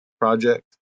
project